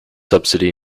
subsidy